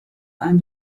ein